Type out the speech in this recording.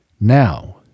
Now